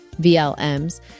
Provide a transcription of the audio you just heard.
VLMs